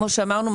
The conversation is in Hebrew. כמו שאמרנו,